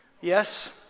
yes